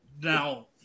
now